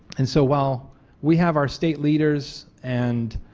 and so while we have our state leaders and